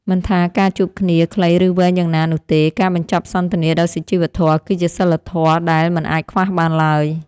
មិនថាការជួបគ្នាខ្លីឬវែងយ៉ាងណានោះទេការបញ្ចប់សន្ទនាដោយសុជីវធម៌គឺជាសីលធម៌ដែលមិនអាចខ្វះបានឡើយ។